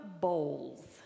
bowls